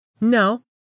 No